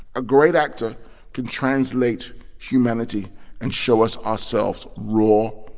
a great actor can translate humanity and show us ourselves raw,